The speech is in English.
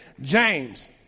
James